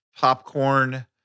popcorn